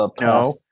No